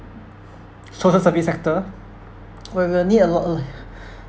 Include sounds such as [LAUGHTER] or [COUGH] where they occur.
[BREATH] social service sector [NOISE] where we'll need a lot [BREATH]